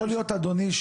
אדוני,